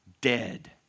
Dead